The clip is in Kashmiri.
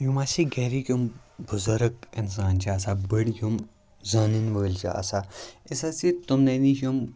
یِم اَسہِ گَرِکۍ یِم بُزرٕگ اِنسان چھِ آسان بٔڑۍ یِم زانَن وٲلۍ چھِ آسان أسۍ ہَسا یہِ تٕمنٕے نِش یِم